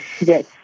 Yes